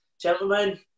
Gentlemen